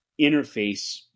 interface